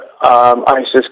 ISIS